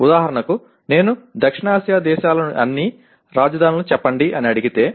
ఉదాహరణకు నేను దక్షిణాసియా దేశాల అన్ని రాజధానులను చెప్పండి అని అడిగితే